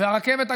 והרכבת,